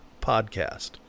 podcast